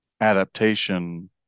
adaptation